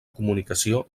comunicació